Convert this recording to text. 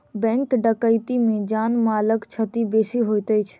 bank डकैती मे जान मालक क्षति बेसी होइत अछि